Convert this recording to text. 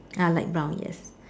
ah light brown yes